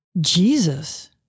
Jesus